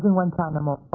guantanamo